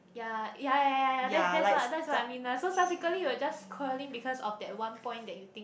ya ya ya ya ya that's that's what that's what I mean ah so subsequently you will just quarreling because of that one point that you think